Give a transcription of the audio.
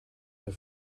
der